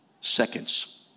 seconds